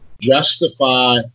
justify